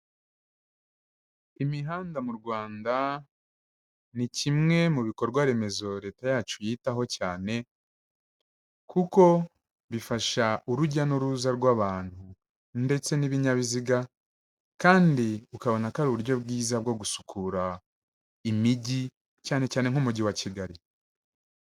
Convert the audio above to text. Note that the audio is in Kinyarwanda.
Imihanda mu Rwanda ni kimwe mubikorwaremezo leta yacu yitaho cyane kuko bifasha urujya n'uruza rw'abantu ndetse n'ibinyabiziga kandi ukabona ko ari uburyo bwiza bwo gusukura imijyi cyanecyane nk'umujyi wa Kigali.